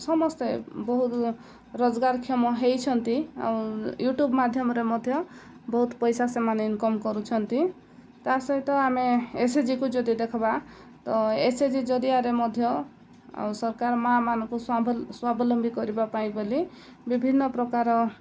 ସମସ୍ତେ ବହୁତ ରୋଜଗାର କ୍ଷମ ହେଇଛନ୍ତି ଆଉ ୟୁଟ୍ୟୁବ୍ ମାଧ୍ୟମରେ ମଧ୍ୟ ବହୁତ ପଇସା ସେମାନେ ଇନକମ୍ କରୁଛନ୍ତି ତା ସହିତ ଆମେ ଏସ୍ ଏଚ୍ ଜି କୁ ଯଦି ଦେଖିବା ତ ଏସ୍ ଏଚ୍ ଜି ଜରିଆରେ ମଧ୍ୟ ଆଉ ସରକାର ମାଆ ମାନଙ୍କୁ ସ୍ୱାବଲମ୍ବୀ କରିବା ପାଇଁ ବୋଲି ବିଭିନ୍ନ ପ୍ରକାର